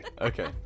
Okay